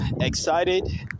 excited